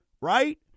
right